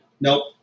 Nope